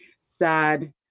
sad